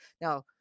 Now